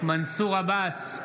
מנסור עבאס,